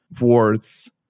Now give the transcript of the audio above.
words